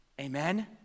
Amen